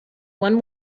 one